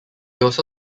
also